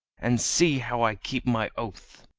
and see how i keep my oath!